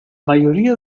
mayoría